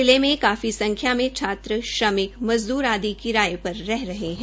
जिला में काफी संख्या में छात्र श्रमिक मजदूर आदि किराये पर रह रहे हैं